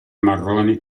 marrone